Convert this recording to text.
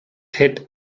hit